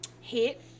Hit